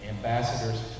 ambassadors